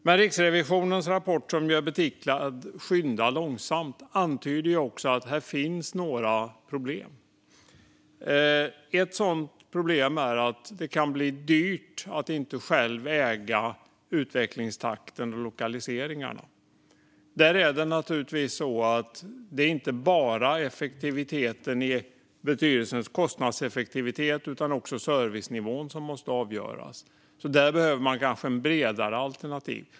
Men Riksrevisionens rapport, med titeln Skynda långsamt - de statliga servicekontoren i ny regi , antyder att det finns några problem. Ett sådant är att det kan bli dyrt att inte själv äga utvecklingstakten för lokaliseringarna. Inte bara effektiviteten, i betydelsen kostnadseffektivitet, utan också servicenivån måste avgöras. Där behöver man kanske ha ett bredare alternativ.